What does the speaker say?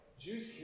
jews